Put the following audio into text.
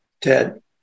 Ted